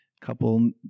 Couple